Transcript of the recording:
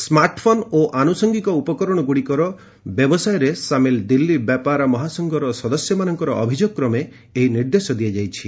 smartphone ଓ ଆନୁଷଙ୍ଗୀକ ଉପକରଣ ଗୁଡ଼ିକର ବ୍ୟବସାୟରେ ସାମିଲ ଦିଲ୍ଲୀ ବ୍ୟାପାର ମହାସଂଘର ସଦସ୍ୟମାନଙ୍କର ଅଭିଯୋଗ କ୍ରମେ ଏହି ନିର୍ଦ୍ଦେଶ ଦିଆଯାଇଛି